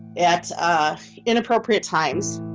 at ah inappropriate times.